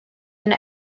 yna